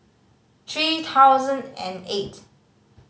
three thousand and eight